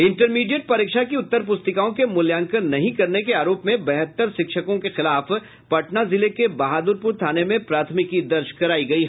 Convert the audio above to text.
intermediate परीक्षा की उत्तर प्रस्तिकाओं के मूल्यांकन नहीं करने के आरोप में बहत्तर शिक्षकों के खिलाफ पटना जिले के बहादुरपुर थाने में प्राथमिकी दर्ज करायी गयी